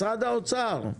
משרד האוצר.